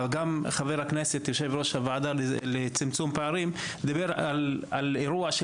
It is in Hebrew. חבר הכנסת יושב-ראש הוועדה לצמצום פערים דיבר על אירוע,